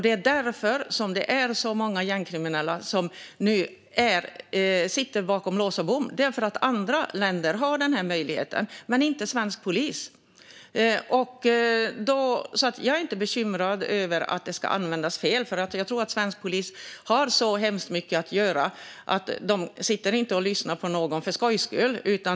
Det är därför så många gängkriminella nu sitter bakom lås och bom: för att andra länder har denna möjlighet, men inte svensk polis. Jag är inte bekymrad över att detta ska användas fel, för jag tror att svensk polis har så hemskt mycket att göra att de inte sitter och lyssnar på någon för skojs skull.